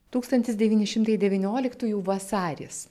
tūkstantis devyni šimtai devynioliktųjų vasaris